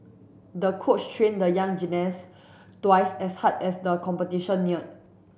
the coach trained the young gymnast twice as hard as the competition near